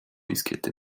diskette